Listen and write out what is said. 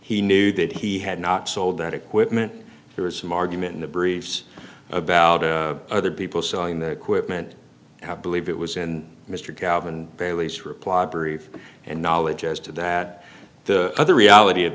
he knew that he had not sold that equipment there is some argument in the briefs about other people selling that quip meant i believe it was and mr calvin bailey's reply brief and knowledge as to that the other reality of